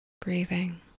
Breathing